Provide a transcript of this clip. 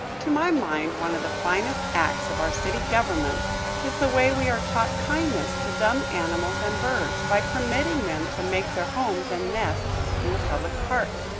to my mind one of the finest acts of our city government is the way we are taught kindness to dumb animals and birds, by permitting them to make their homes and nests in the public park.